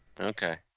Okay